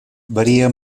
varia